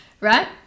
right